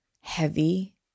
heavy